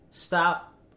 Stop